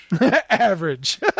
average